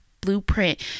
blueprint